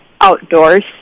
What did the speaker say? outdoors